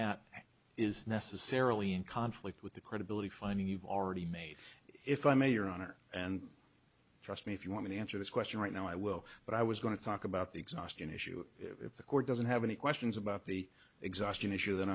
that is necessarily in conflict with the credibility fine you've already made if i may your honor and trust me if you want me to answer this question right now i will but i was going to talk about the exhaustion issue if the court doesn't have any questions about the exhaustion issue